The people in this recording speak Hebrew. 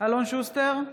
אלון שוסטר,